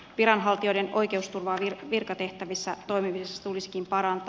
viranhaltijoiden oikeusturvaa virkatehtävissä toimimisessa tulisikin parantaa